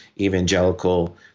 evangelical